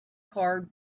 car